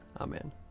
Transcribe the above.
Amen